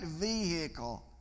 vehicle